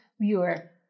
viewer